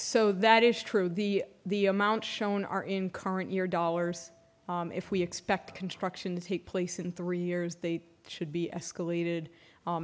so that is true the the amount shown are in current year dollars if we expect construction to take place in three years they should be escalated